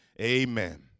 Amen